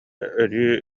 өрүү